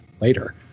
later